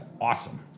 awesome